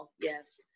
Yes